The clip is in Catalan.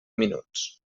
minuts